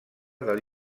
del